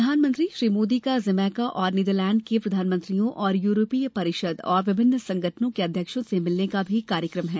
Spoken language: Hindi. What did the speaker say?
प्रधानमंत्री श्री मोदी का जमैका तथा नीदरलैंड के प्रधानमंत्रियों और यूरोपीय परिषद और विभिन्न संगठनों के अध्यक्षों से मिलने का भी कार्यक्रम है